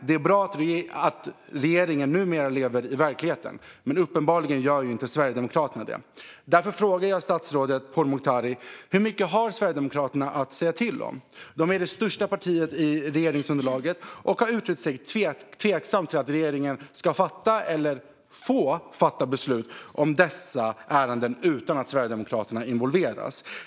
Det är bra att regeringen numera lever i verkligheten, men uppenbarligen gör inte Sverigedemokraterna det. Därför frågar jag statsrådet Pourmokhtari: Hur mycket har Sverigedemokraterna att säga till om? Sverigedemokraterna är det största partiet i regeringsunderlaget och har uttryckt tveksamhet till att regeringen ska fatta eller få fatta beslut om dessa ärenden utan att Sverigedemokraterna involveras.